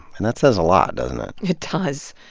and that says a lot, doesn't it. it does,